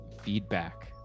feedback